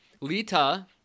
Lita